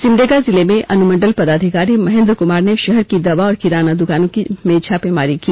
सिमंडेगा जिले में अनुमंडल पदाधिकारी महेंद्र कुमार ने शहर की दवा और किराना दुकानों में छापामारी की